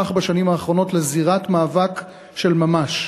הפך בשנים האחרונות לזירת מאבק של ממש.